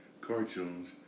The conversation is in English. cartoons